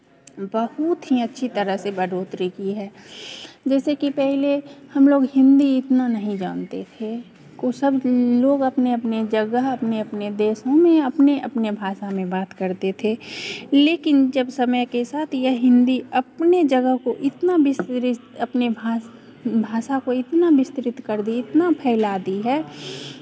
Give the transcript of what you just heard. बहुत ही अच्छी तरह से बढ़ोतरी की है जैसेकि पहिले हमलोग हिंदी इतना नहीं जानते थे सब लोग अपने अपने जगह अपने अपने देश में अपने अपने भाषा में बात करते थे लेकिन जब समय के साथ यह हिंदी अपने जगह को इतना विस्तृत अपने भा भाषा को इतना विस्तृत कर दी इतना फैला दी है